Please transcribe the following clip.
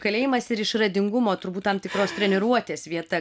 kalėjimas ir išradingumo turbūt tam tikros treniruotės vieta